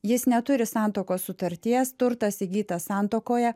jis neturi santuokos sutarties turtas įgytas santuokoje